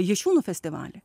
jašiūnų festivalį